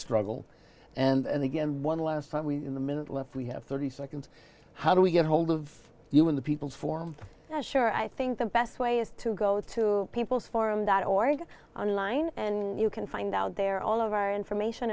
struggle and again one last time we in the minute left we have thirty seconds how do we get hold of you in the people's form sure i think the best way is to go to people's forum dot org on line and you can find out there all of our information